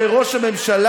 זה ראש הממשלה,